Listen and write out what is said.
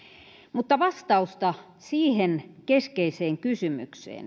mutta vastausta siihen keskeiseen kysymykseen